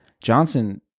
Johnson